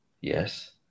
Yes